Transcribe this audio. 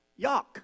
yuck